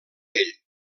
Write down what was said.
ell